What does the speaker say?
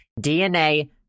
DNA